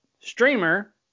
streamer